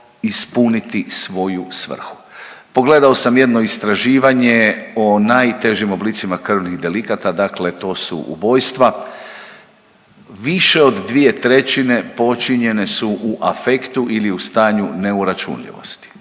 ispuniti svoju svrhu. Pogledao sam jedno istraživanje o najtežim oblicima krvnih delikata, dakle to su ubojstva, više od 2/3 počinjene su u afektu ili u stanju neuračunljivosti.